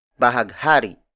Bahaghari